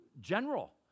general